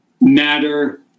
matter